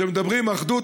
שמדברים: אחדות,